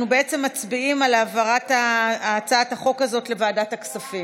אנחנו מצביעים על העברת הצעת החוק הזאת לוועדת הכספים.